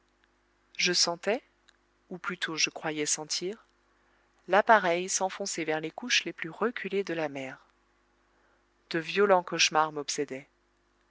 je sentais ou plutôt je croyais sentir l'appareil s'enfoncer vers les couches les plus reculées de la mer de violents cauchemars m'obsédaient